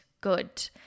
good